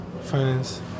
fans